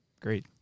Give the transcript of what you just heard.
Great